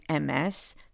MS